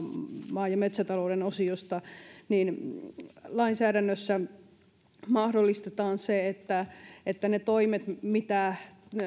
maa ja metsätalouden osiosta niin lainsäädännössä mahdollistetaan se että että jos niitä toimia mitä